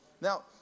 Now